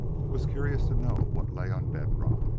was curious to know what lay on bed-rock.